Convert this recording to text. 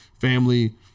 family